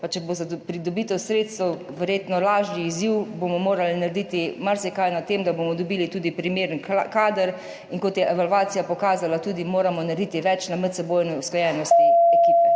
če bo pridobitev sredstev verjetno lažji izziv, bomo morali narediti marsikaj na tem, da bomo dobili tudi primeren kader. Kot je evalvacija pokazala, moramo narediti tudi več na medsebojni usklajenosti ekipe.